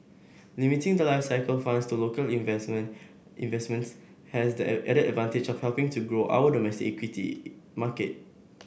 limiting the life cycle funds to local investment investments has the added advantage of helping to grow our domestic equity market